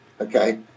okay